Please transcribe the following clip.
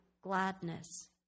gladness